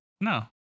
No